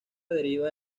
deriva